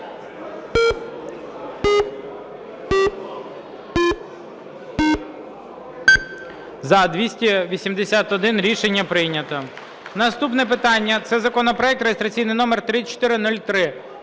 За-281 Рішення прийнято. Наступне питання – це законопроект (реєстраційний номер 3403).